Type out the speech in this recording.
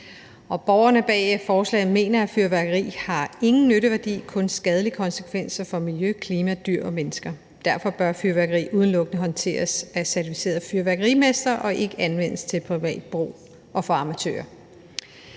Borgerne bag forslaget mener, at fyrværkeri ingen nytteværdi har og kun har skadelige konsekvenser for miljø, klima, dyr og mennesker. Derfor bør fyrværkeri udelukkende håndteres af certificerede fyrværkerimestre og ikke anvendes til privat brug og ikke af amatører.